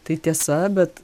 tai tiesa bet